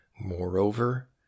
Moreover